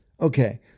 Okay